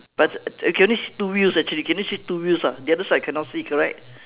but I can only see two wheels actually can you see two wheels ah the other side cannot see correct